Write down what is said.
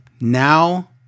now